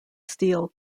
steel